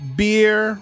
beer